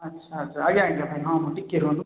ଆଚ୍ଛା ଆଚ୍ଛା ଆଜ୍ଞା ଆଜ୍ଞା ଭାଇ ହଁ ହଁ ଟିକେ ରୁହନ୍ତୁ